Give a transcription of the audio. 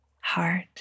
heart